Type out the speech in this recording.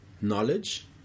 knowledge